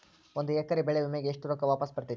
ಒಂದು ಎಕರೆ ಬೆಳೆ ವಿಮೆಗೆ ಎಷ್ಟ ರೊಕ್ಕ ವಾಪಸ್ ಬರತೇತಿ?